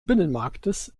binnenmarktes